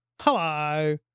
Hello